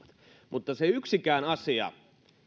mutta se yksikään asia eli se